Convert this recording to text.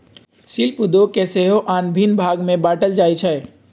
शिल्प उद्योग के सेहो आन भिन्न भाग में बाट्ल जाइ छइ